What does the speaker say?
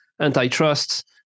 antitrust